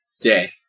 death